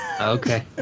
Okay